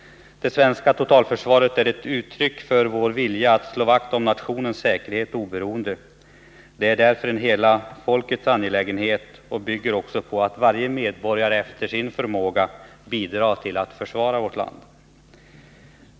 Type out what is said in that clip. Det svenska totalförsvaret är ett uttryck för vår vilja att slå vakt om nationens säkerhet och oberoende. Det är därför en hela folkets angelägenhet och bygger på att varje medborgare efter sin förmåga bidrar till att försvara vårt land.